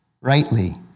rightly